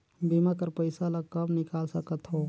बीमा कर पइसा ला कब निकाल सकत हो?